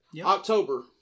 October